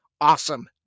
awesome